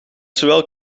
zowel